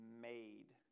made